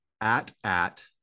AT-AT